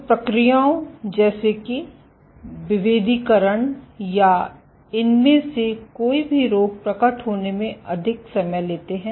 तो प्रक्रियाओं जैसे कि विभेदीकरण या इनमें से कोई भी रोग प्रकट होने में अधिक समय लेते हैं